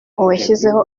washyizeho